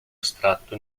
estratto